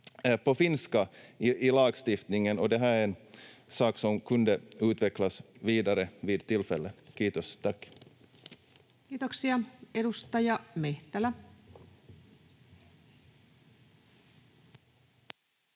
på finska i lagstiftningen. Det här är en sak som kunde utvecklas vidare vid tillfälle. — Kiitos, tack. [Speech 88] Speaker: